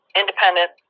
independent